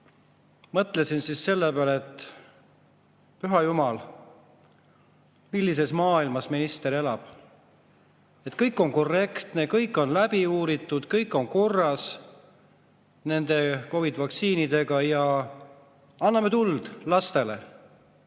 Mõtlesin siis selle peale, et püha jumal – millises maailmas minister elab?! Kõik on korrektne, kõik on läbi uuritud, kõik on korras nende COVID-i vaktsiinidega ja anname tuld lastele